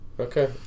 Okay